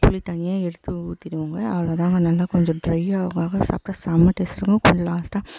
புளி தண்ணியை எடுத்து ஊத்திவிடுவோம்ங்க அவ்வளோ தான்ங்க நல்லா கொஞ்சம் ட்ரையாக ஆக ஆக சாப்பிட்டா செம்ம டேஸ்ட் இருக்கும் கொஞ்சம் லாஸ்ட்டாக